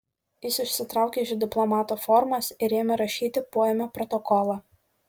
jis išsitraukė iš diplomato formas ir ėmė rašyti poėmio protokolą